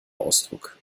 ausdruck